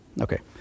Okay